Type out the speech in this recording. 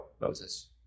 Moses